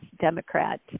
Democrat